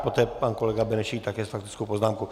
Poté pan kolega Benešík také s faktickou poznámkou.